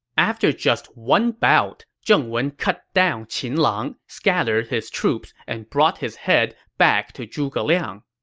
after just one bout, zheng wen cut down qin lang, scattered his troops, and brought his head back to zhuge liang.